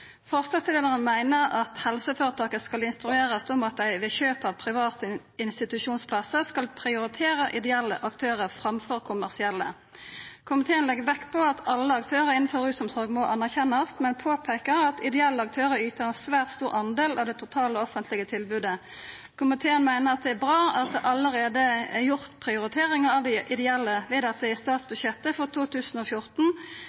meiner at helseføretaka skal instruerast om at dei ved kjøp av private institusjonsplassar skal prioritera ideelle aktørar framfor kommersielle. Komiteen legg vekt på at alle aktørar innanfor rusomsorga må anerkjennast, men påpeiker at ideelle aktørar yter ein svært stor del av det offentlege tilbodet. Komiteen meiner at det er bra at det allereie er gjort prioriteringar av dei ideelle